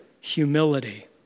humility